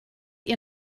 ihr